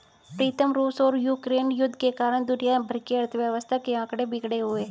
प्रीतम रूस और यूक्रेन युद्ध के कारण दुनिया भर की अर्थव्यवस्था के आंकड़े बिगड़े हुए